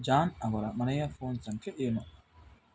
John ಅವರ ಮನೆಯ phone ಸಂಖ್ಯೆ ಏನು